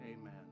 amen